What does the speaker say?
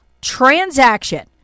transaction